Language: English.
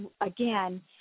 again